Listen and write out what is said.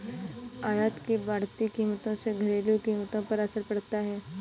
आयात की बढ़ती कीमतों से घरेलू कीमतों पर असर पड़ता है